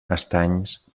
estanys